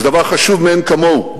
זה דבר חשוב מאין כמוהו